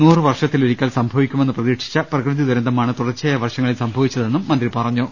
നൂറുവർഷത്തിലൊരി ക്കൽ സംഭവിക്കുമെന്ന് പ്രതീക്ഷിച്ച് പ്രകൃതി ദുരന്തമാണ് തുടർച്ചയായ വർഷങ്ങളിൽ സംഭവിച്ചതെന്നും അദ്ദേഹം പറ ഞ്ഞു